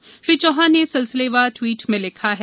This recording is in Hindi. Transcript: श्री चौहान ने सिलसिलेवार टवीट में लिखा है